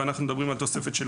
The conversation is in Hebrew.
אנחנו מדברים על תוספת.